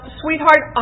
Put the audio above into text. sweetheart